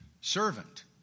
servant